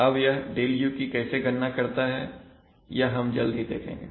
अब यह ΔU की कैसे गणना करता है यह हम जल्द ही देखेंगे